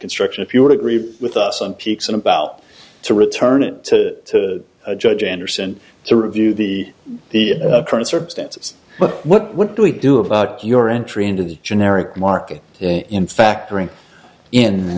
construction if you would agree with us on peaks and about to return it to judge andersen to review the the current circumstances but what do we do about your entry into the generic market in factoring in